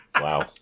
Wow